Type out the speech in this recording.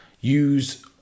Use